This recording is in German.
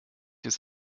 ist